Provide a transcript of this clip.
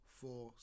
four